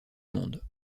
monde